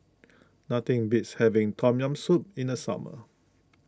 nothing beats having Tom Yam Soup in the summer